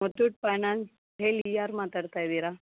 Muthoot finance ಹೇಳಿ ಯಾರು ಮಾತಾಡ್ತಾ ಇದ್ದೀರಾ